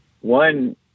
one